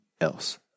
else